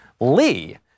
Lee